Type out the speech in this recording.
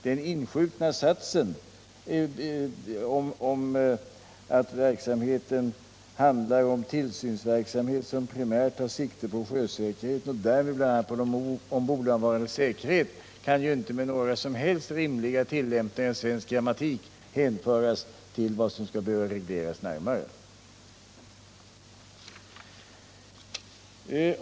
Den inskjutna satsen om att det ”handlar om en tillsynsverksamhet som primärt tar sikte på sjösäkerheten och därmed bl.a. på de ombord varandes säkerhet” kan ju inte med några som helst rimliga tillämpningar av svensk grammatik hänföras till vad som kan behöva regleras närmare.